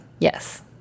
Yes